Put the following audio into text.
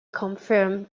confirmed